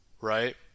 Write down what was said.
right